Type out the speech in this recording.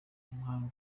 mahanga